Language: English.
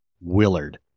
Willard